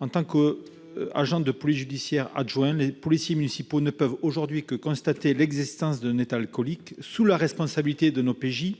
En tant qu'agents de police judiciaire adjoints, ou APJA, les policiers municipaux ne peuvent aujourd'hui que constater l'existence d'un état alcoolique, sous la responsabilité d'un OPJ,